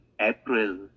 April